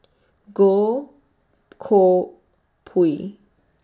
Goh Koh Pui